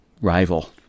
rival